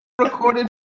recorded